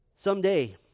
Someday